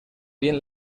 bien